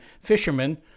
fishermen